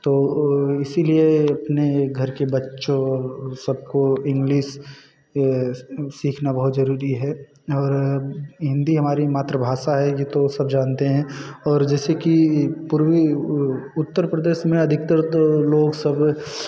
तो वह इसीलिए अपने घर के बच्चों सबको इंग्लिस यह सीखना बहुत ज़रूरी है और हिंदी हमारी मातृभाषा है यह तो सब जानते हैं और जैसे की पूर्वी उ उत्तर प्रदेश में अधिकतर तो लोग सब